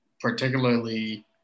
particularly